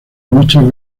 muchas